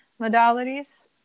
modalities